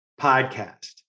podcast